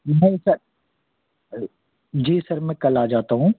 नहीं sir ji sir मैं कल आ जाता हूँ